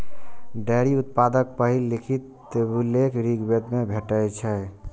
dairy उत्पादक पहिल लिखित उल्लेख ऋग्वेद मे भेटै छै